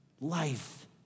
life